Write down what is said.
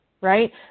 right